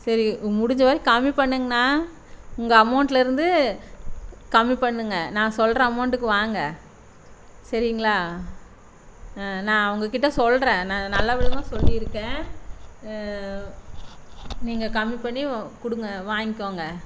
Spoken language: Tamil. சரி முடிஞ்ச வரையும் கம்மி பண்ணுங்கண்ணா உங்கள் அமௌண்ட்லிருந்து கம்மி பண்ணுங்க நான் சொல்லுற அமௌண்டுக்கு வாங்க சரீங்களா ஆ நான் அவங்கக்கிட்ட சொல்கிறேன் நல்ல விதமாக சொல்லியிருக்கேன் நீங்கள் கம்மி பண்ணி கொடுங்க வாங்கிக்கோங்க